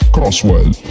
Crosswell